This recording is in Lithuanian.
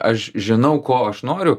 aš žinau ko aš noriu